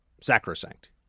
sacrosanct